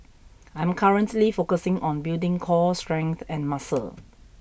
I am currently focusing on building core strength and muscle